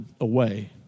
away